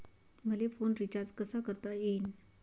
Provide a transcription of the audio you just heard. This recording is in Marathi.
मले फोन रिचार्ज कसा करता येईन?